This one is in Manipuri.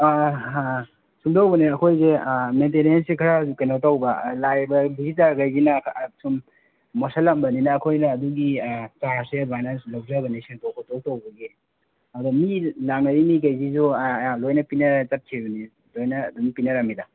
ꯁꯨꯝꯗꯧꯕꯅꯦ ꯑꯩꯈꯣꯏꯁꯦ ꯃꯦꯟꯇꯦꯅꯦꯟꯁꯁꯦ ꯈꯔ ꯀꯩꯅꯣ ꯇꯧꯕ ꯂꯥꯛꯏꯕ ꯚꯤꯖꯤꯇꯔꯈꯩꯁꯤꯅ ꯁꯨꯝ ꯃꯣꯠꯁꯜꯂꯝꯕꯅꯤꯅ ꯑꯈꯣꯏꯅ ꯑꯗꯨꯒꯤ ꯆꯥꯔꯖꯁꯦ ꯑꯗꯨꯃꯥꯏꯅ ꯂꯧꯖꯕꯅꯦ ꯁꯦꯡꯇꯣꯛ ꯈꯣꯇꯣꯛ ꯇꯧꯕꯒꯤ ꯑꯗ ꯃꯤ ꯂꯥꯛꯅꯔꯤꯈꯩꯁꯤꯁꯨ ꯂꯣꯏꯅ ꯄꯤꯟꯔ ꯆꯠꯈꯤꯕꯅꯦ ꯂꯣꯏꯅ ꯑꯗꯨꯝ ꯄꯤꯟꯔꯝꯃꯤꯗ